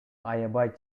аябай